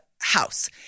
house